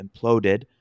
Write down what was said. imploded